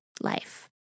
life